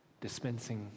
dispensing